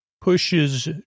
pushes